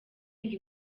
ngo